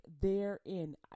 therein